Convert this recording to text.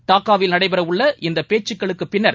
டாக்காவில் நடைபெற உள்ள இந்த பேச்கக்களுக்குப் பிள்ளர்